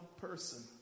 person